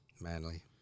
Manly